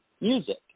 music